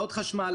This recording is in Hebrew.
הוצאות חשמל,